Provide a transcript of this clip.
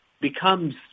becomes